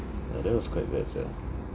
ya that was quite bad sia